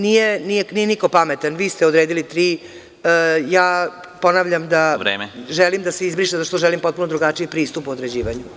Nije niko pametan, vi ste odredili tri, ja ponavljam da želim da se izbriše, zato što želim potpuno drugačiji pristup u određivanju.